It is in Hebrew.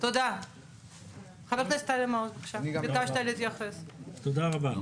אם אני טועה אני